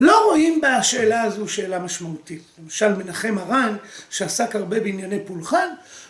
לא רואים בשאלה הזו שאלה משמעותית, למשל מנחם הרן, שעסק הרבה בענייני פולחן,